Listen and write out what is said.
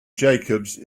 jacobs